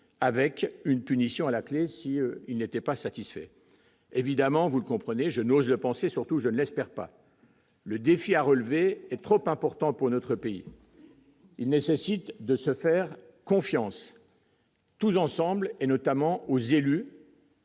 avec une punition à la clé, il n'était pas satisfait évidemment vous comprenez, je n'ose le penser surtout je l'espère pas le défi à relever est trop important pour notre pays, il nécessite de se faire confiance. Tous ensemble, et notamment aux élus.